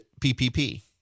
PPP